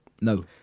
No